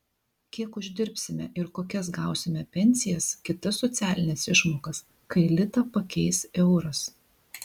kiek uždirbsime ir kokias gausime pensijas kitas socialines išmokas kai litą pakeis euras